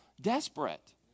desperate